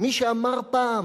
מי שאמר פעם: